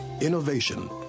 Innovation